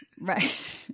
right